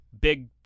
big